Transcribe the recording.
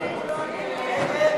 שלי יחימוביץ,